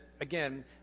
again